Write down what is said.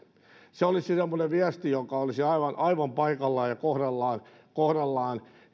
se olisi semmoinen viesti joka olisi aivan aivan paikallaan ja kohdallaan kohdallaan